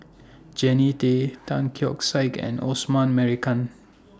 Jannie Tay Tan Keong Saik and Osman Merican